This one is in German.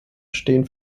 stehen